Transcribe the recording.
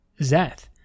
Zeth